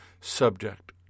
subject